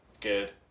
Good